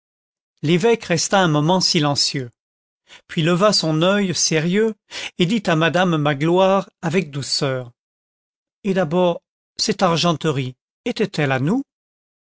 l'évêque resta un moment silencieux puis leva son oeil sérieux et dit à madame magloire avec douceur et d'abord cette argenterie était-elle à nous